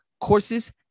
courses